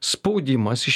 spaudimas iš